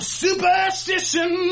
superstition